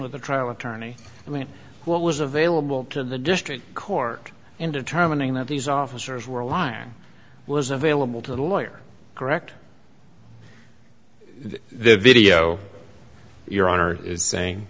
with the trial attorney i mean what was available to the district court in determining that these officers were lying was available to the lawyer correct the video your honor